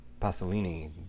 Pasolini